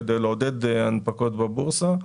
כדי לעודד הנפקות בבורסה,